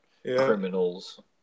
Criminals